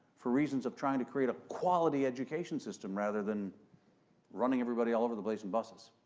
for reasons of trying to create a quality education system, rather than running everybody all over the place in buses.